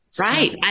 Right